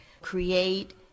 create